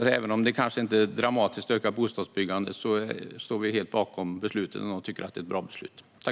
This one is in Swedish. Även om detta kanske inte dramatiskt ökar bostadsbyggandet står vi helt bakom beslutet och tycker att det är bra.